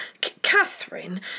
Catherine